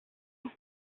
vous